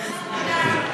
תודה.